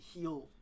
heal